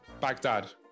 Baghdad